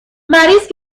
مریض